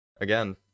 Again